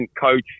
coach